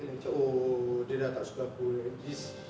abeh like macam oh dia dah tak suka aku like this